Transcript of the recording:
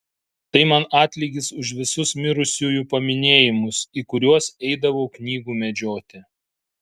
tai man atlygis už visus mirusiųjų paminėjimus į kuriuos eidavau knygų medžioti